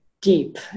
deep